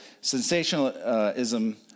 sensationalism